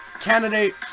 candidate